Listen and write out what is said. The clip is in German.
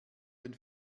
den